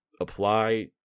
apply